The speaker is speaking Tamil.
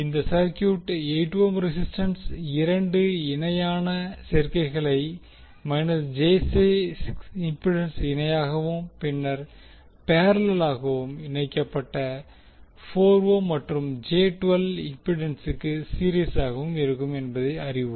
இந்த சர்கியூட் 8 ஓம் ரெசிஸ்டன்ஸ் இரண்டு இணையான சேர்க்கைகளை j6 இம்பிடேன்ஸ் இணையாகவும் பின்னர் பேரலெல்லாக இணைக்கப்பட்ட 4 மற்றும் j12 இம்பிடன்சுக்கு சீரிஸாகவும் இருக்கும் என்பதை அறிவோம்